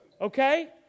Okay